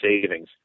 savings